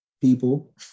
people